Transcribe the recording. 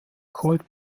colt